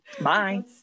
Bye